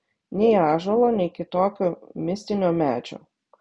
nei ąžuolo nei kitokio mistinio medžio